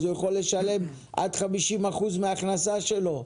אז הוא יכול לשלם עד 50% מההכנסה שלו.